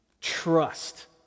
trust